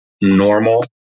normal